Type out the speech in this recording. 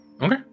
Okay